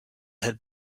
had